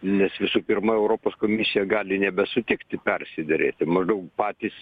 nes visų pirma europos komisija gali nebesutikti persiderėti maždaug patys